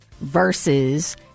versus